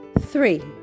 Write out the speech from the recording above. three